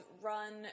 Run